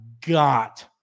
got